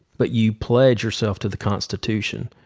but you pledge yourself to the constitution,